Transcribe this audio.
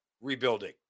rebuilding